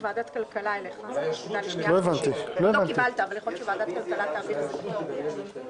אחת לוועדת החוקה והשנייה לוועדה לקידום מעמד האישה.